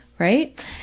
Right